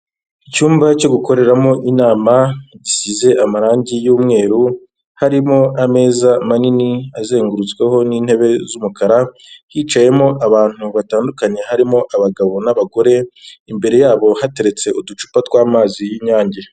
Icyumba cyo gukoreramo inama, gisize amarangi y'umweru, harimo ameza manini azengurutsweho n'intebe z'umukara, hicayemo abantu batandukanye harimo abagabo n'abagore, imbere yabo hateretse uducupa tw'amazi y'Inyange.